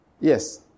yes